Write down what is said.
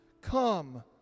Come